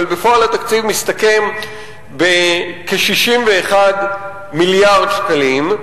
אבל בפועל התקציב מסתכם בכ-61 מיליארד שקלים.